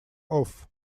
off